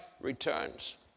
returns